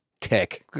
tech